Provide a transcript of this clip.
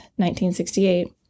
1968